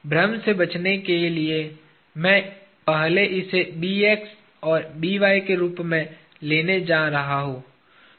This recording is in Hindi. भ्रम से बचने के लिए मैं पहले इसे और के रूप में लेने जा रहा हूं